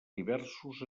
diversos